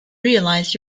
realize